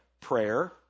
prayer